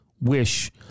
wish